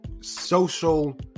social